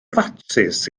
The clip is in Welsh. fatsis